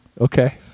Okay